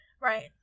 Right